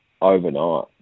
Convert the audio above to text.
overnight